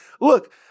Look